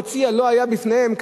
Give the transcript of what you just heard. המציע לא היה בפניהם,